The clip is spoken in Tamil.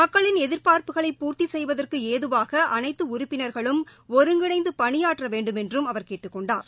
மக்களின் எதிர்பார்ப்புகளை பூர்த்தி செய்வதற்கு ஏதுவாக அனைத்து உறுப்பினர்களும் ஒருங்கிணைந்து பணியாற்ற வேண்டும் என்றும் அவர் கேட்டுக் கொண்டார்